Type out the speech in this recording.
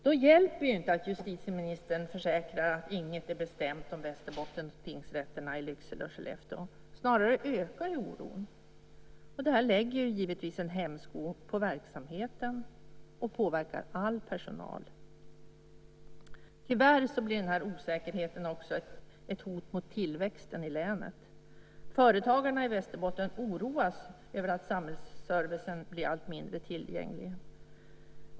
Då hjälper det inte att justitieministern försäkrar att inget är bestämt om Västerbottenstingsrätterna i Lycksele och Skellefteå. Snarare ökar det oron. Det lägger givetvis en hämsko på verksamheten och påverkar all personal. Tyvärr blir osäkerheten också ett hot mot tillväxten i länet. Företagarna i Västerbotten oroas över att samhällsservicen blir allt mindre tillgänglig.